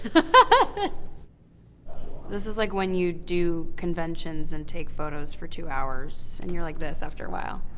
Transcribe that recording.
ah this is like when you do conventions and take photos for two hours, and you're like this after a while.